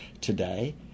today